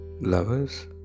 Lovers